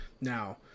Now